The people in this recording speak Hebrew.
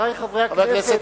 חברי חברי הכנסת,